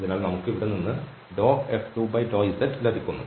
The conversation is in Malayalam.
അതിനാൽ നമുക്ക് ഇവിടെ നിന്ന് F2∂z ലഭിക്കുന്നു